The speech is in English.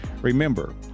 Remember